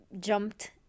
jumped